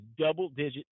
double-digit